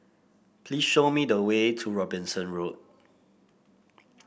please show me the way to Robinson Road